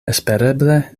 espereble